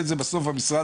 בסוף המשרד